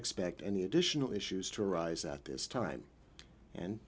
expect any additional issues to arise at this time and